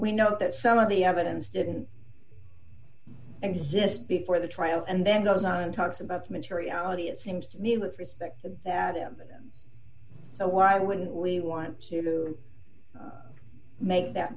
we know that some of the evidence didn't exist before the trial and then goes on and talks about materiality it seems to me with respect to that him and them so why wouldn't we want to make that